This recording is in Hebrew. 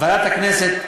ועדת הכנסת,